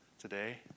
today